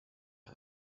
han